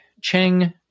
Cheng